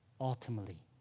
ultimately